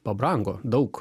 pabrango daug